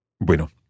Bueno